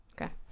Okay